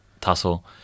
tussle